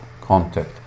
contact